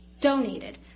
donated